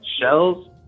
shells